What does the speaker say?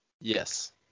Yes